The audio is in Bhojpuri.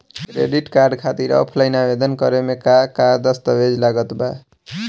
क्रेडिट कार्ड खातिर ऑफलाइन आवेदन करे म का का दस्तवेज लागत बा?